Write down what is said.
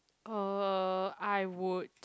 uh I would